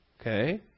Okay